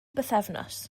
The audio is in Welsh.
bythefnos